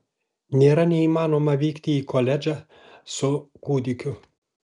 nėra neįmanoma vykti į koledžą su kūdikiu